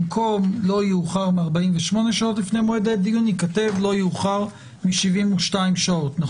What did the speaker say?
במקום "48 שעות" יבוא "72 שעות"."